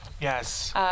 Yes